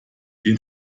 den